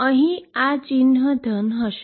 અહી આ ચિહ્ન ધન થશે